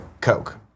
Coke